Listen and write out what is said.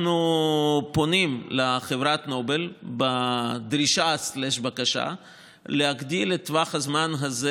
שאנחנו פונים לחברת נובל בדרישה-בקשה להגדיל את טווח הזמן הזה